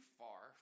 far